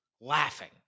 laughing